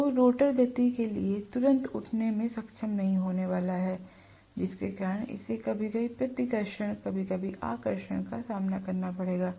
तो रोटर गति के लिए तुरंत उठने में सक्षम नहीं होने वाला है जिसके कारण इसे कभी कभी प्रतिकर्षण कभी कभी आकर्षण का सामना करना पड़ेगा